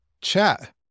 Chat